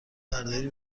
برداری